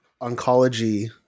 oncology